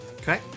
Okay